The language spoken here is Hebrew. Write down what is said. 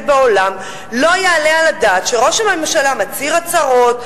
בעולם לא יעלה על הדעת שראש הממשלה מצהיר הצהרות,